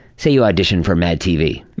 say you audition for mad tv